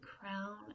crown